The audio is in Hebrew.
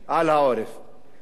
אני בוודאות יכול להגיד,